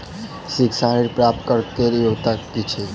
शिक्षा ऋण प्राप्त करऽ कऽ लेल योग्यता की छई?